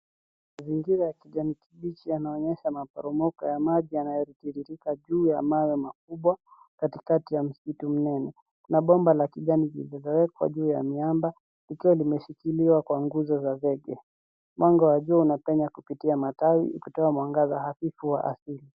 Mazingira ya kijani kibichi yanaonyesha maporomoko ya maji yanayotiririka juu ya mawe makubwa, katikati ya msitu mnene. Kuna bomba la kijani zilizowekwa juu ya miamba likiwa limeshikiliwa kwa nguzo za zege. Mwanga wa jua unapenya kupitia matawi, ukitoa mwangaza hafifu wa asili.